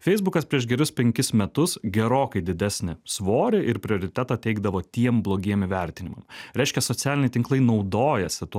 feisbukas prieš gerus penkis metus gerokai didesnį svorį ir prioritetą teikdavo tiem blogiem įvertinimam reiškia socialiniai tinklai naudojasi tuo